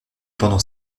pendant